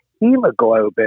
hemoglobin